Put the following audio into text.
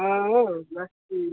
हां बस ठीक